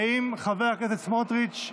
האם חבר הכנסת סמוטריץ'